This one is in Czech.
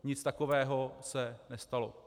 Nic takového se nestalo.